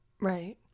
right